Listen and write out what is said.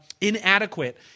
inadequate